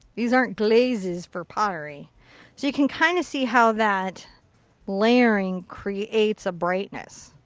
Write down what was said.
these aren't glazes for pottery. so you can kind of see how that layering creates a brightness.